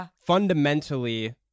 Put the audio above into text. fundamentally